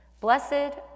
Blessed